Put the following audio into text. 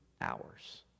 hours